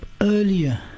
earlier